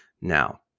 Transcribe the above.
Now